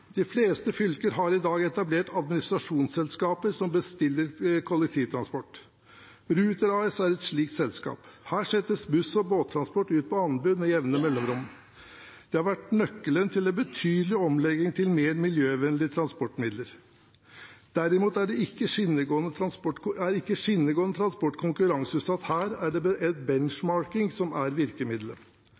De fleste fylker har i dag etablert administrasjonsselskaper som bestiller kollektivtransport. Ruter AS er et slikt selskap. Her settes buss og båttransport ut på anbud med jevne mellomrom. Det har vært nøkkelen til en betydelig omlegging til mer miljøvennlige transportmidler. Derimot er ikke skinnegående transport konkurranseutsatt, her er det benchmarking som er virkemiddelet.